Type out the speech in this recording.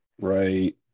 right